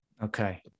Okay